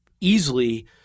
easily